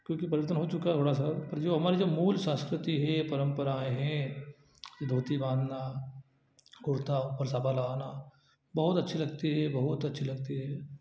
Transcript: क्योंकि परिवर्तन हो चुका थोड़ा सा पर जो हमारी जो मूल संस्कृति है परंपराएँ हैं धोती बाँधना कुर्ता पर साफा लगाना बहुत अच्छी लगती है बहुत अच्छी लगती है